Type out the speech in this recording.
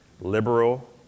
liberal